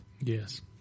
yes